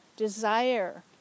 desire